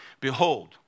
behold